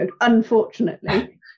unfortunately